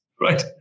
right